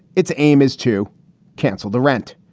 its aim is to cancel the rent,